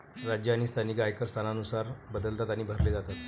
राज्य आणि स्थानिक आयकर स्थानानुसार बदलतात आणि भरले जातात